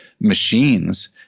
machines